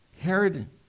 Herod